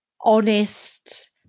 honest